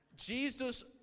Jesus